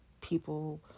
people